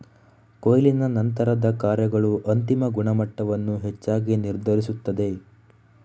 ಕೊಯ್ಲಿನ ನಂತರದ ಕಾರ್ಯಗಳು ಅಂತಿಮ ಗುಣಮಟ್ಟವನ್ನು ಹೆಚ್ಚಾಗಿ ನಿರ್ಧರಿಸುತ್ತದೆ